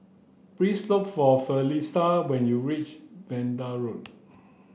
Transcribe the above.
please look for Felisha when you reach Vanda Road